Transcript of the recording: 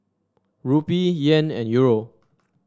Rupee Yen and Euro